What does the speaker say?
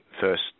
first